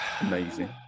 Amazing